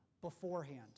beforehand